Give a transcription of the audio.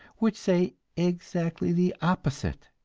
which say exactly the opposite.